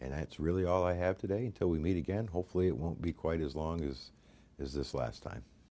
and that's really all i have today until we meet again hopefully it won't be quite as long as is this last time